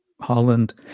Holland